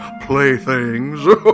playthings